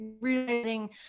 realizing